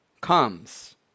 comes